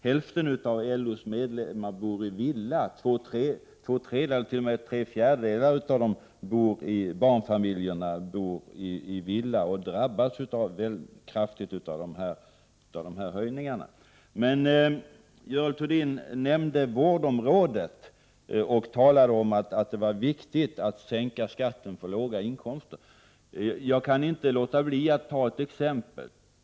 Hälften av LO:s medlemmar bor i villa, tre fjärdedelar av barnfamiljerna bor i villa, och de drabbas kraftigt av dessa höjningar. Görel Thurdin nämnde vårdområdet och talade om att det var viktigt att sänka skatten på låga inkomster. Jag kan inte låta bli att ta ett exempel.